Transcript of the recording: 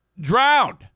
drowned